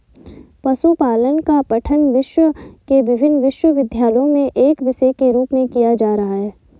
पशुपालन का पठन विश्व के विभिन्न विश्वविद्यालयों में एक विषय के रूप में किया जा रहा है